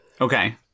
Okay